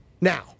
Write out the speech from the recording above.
now